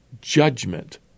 judgment